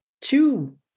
two